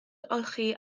olchi